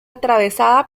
atravesada